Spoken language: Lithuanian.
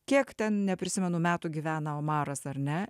kiek ten neprisimenu metų gyvena omaras ar ne